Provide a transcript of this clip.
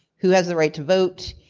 who has the right to vote.